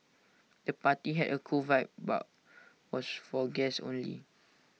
the party had A cool vibe but was for guests only